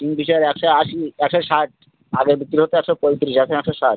Kingfisher একশো আশি একশো ষাট আগে বিক্রি হতো একশো পঁইতিরিশ এখন একশো ষাট